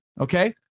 Okay